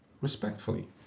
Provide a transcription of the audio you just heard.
respectfully